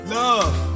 love